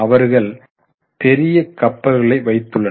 அவர்கள் பெரிய கப்பல்களை வைத்துள்ளனர்